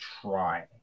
try